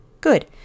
good